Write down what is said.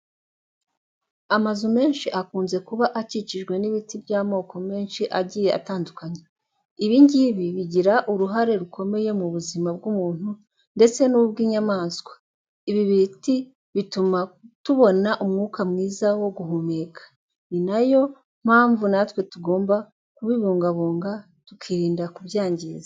Amazu menshi akunze kuba akikijwe n'ibiti by'amoko menshi agiye atandukanye, ibi ngibi bigira uruhare rukomenye mu buzima bw'umuntu ndetse n'ubw'inyamaswa. Ibi biti bituma tubona umwuka mwiza wo guhumeka, ni na yo mpamvu natwe tugomba kubibungabunga tukirinda kubyangiza.